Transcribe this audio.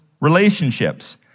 relationships